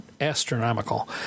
astronomical